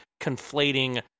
conflating